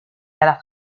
dalla